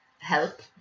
help